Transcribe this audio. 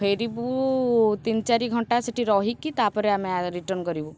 ଫେରିବୁ ତିନି ଚାରି ଘଣ୍ଟା ସେଠି ରହିକି ତା'ପରେ ଆମେ ରିଟର୍ନ କରିବୁ